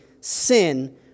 sin